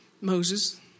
Moses